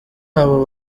abo